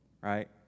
right